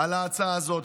על ההצעה הזאת.